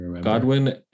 Godwin